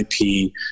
IP